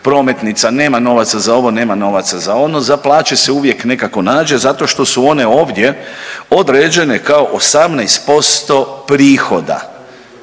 prometnica, nema novaca za ovo, nema novaca za ono, za plaće se uvijek nekako nađe zato što su one ovdje određene kao 18% prihoda.